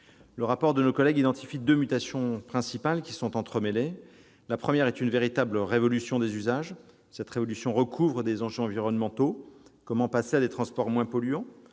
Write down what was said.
Le rapport de nos collègues identifie deux mutations principales, qui sont entremêlées. La première est une véritable « révolution » des usages. Cette révolution recouvre des enjeux environnementaux- comment passer à des transports moins polluants ?